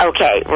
Okay